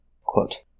quote